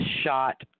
shot